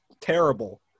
terrible